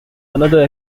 another